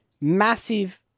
massive